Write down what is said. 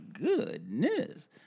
goodness